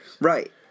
Right